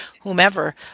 whomever